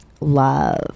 love